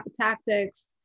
tactics